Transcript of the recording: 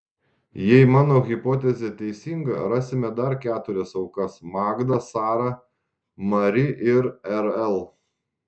jei mano hipotezė teisinga rasime dar keturias aukas magdą sarą mari ir rl